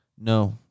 No